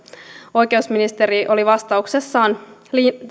oikeusministeri oli vastauksessaan